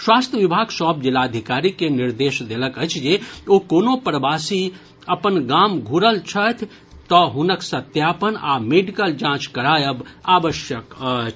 स्वास्थ्य विभाग सभ जिलाधिकारी के निर्देश देलक अछि जे जे कोनो प्रवासी अपन गाम घूरल छथि हुनक सत्यापन आ मेडिकल जांच करायब आवश्यक अछि